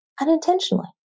unintentionally